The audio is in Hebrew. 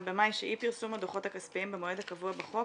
במאי שאי פרסום הדוחות הכספיים במועד הקבוע בחוק